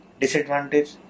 Disadvantage